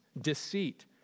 deceit